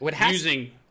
using